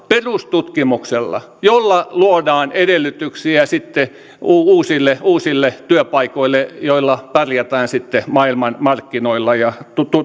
perustutkimuksella jolla luodaan edellytyksiä sitten uusille uusille työpaikoille joilla pärjätään sitten maailmanmarkkinoilla ja